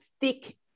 thick